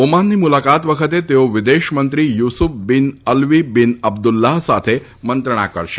ઓમાનની મુલાકાત વખતે તેઓ વિદેશમંત્રી Yusuf bin Alawi bin Abdullah સાથે મંત્રણા કરશે